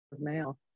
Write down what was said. now